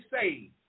saved